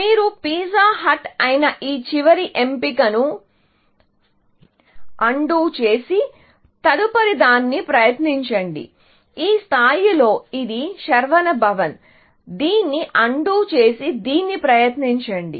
మీరు Pizza Hut అయిన ఈ చివరి ఎంపికను అన్డు చేసి తదుపరిదాన్ని ప్రయత్నించండి ఈ స్థాయిలో ఇది శరవణ భవన్ దీన్ని అన్డు చేసి దీన్ని ప్రయత్నించండి